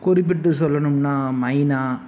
குறிப்பிட்டு சொல்லணும்னா மைனா